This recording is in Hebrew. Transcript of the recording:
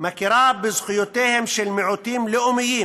מכירה בזכויותיהם של מיעוטים לאומיים